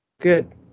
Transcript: Good